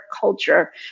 culture